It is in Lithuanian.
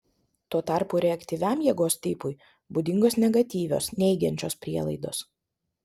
tuo tarpu reaktyviam jėgos tipui būdingos negatyvios neigiančios prielaidos